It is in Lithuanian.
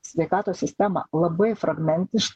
sveikatos sistemą labai fragmentiš